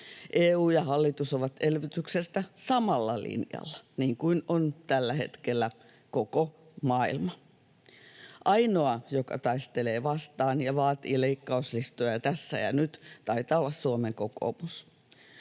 EU ja hallitus ovat elvytyksestä samalla linjalla, niin kuin on tällä hetkellä koko maailma. Ainoa, joka taistelee vastaan ja vaatii leikkauslistoja tässä ja nyt, taitaa olla Suomen kokoomus.